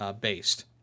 based